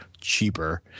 cheaper